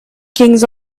kings